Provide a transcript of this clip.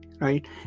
right